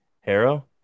Harrow